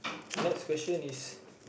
next question is